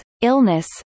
illness